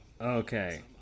Okay